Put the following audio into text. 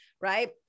right